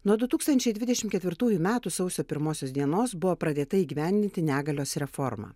nuo du tūkstančiai dvidešim ketvirtųjų metų sausio pirmosios dienos buvo pradėta įgyvendinti negalios reforma